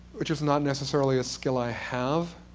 which is not necessarily a skill i have.